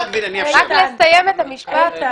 רק לסיים את המשפט.